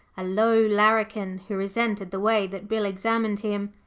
a low larrikin who resented the way that bill examined him.